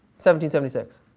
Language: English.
seventy seventy six?